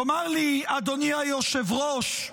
תאמר לי, אדוני היושב-ראש,